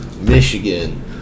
Michigan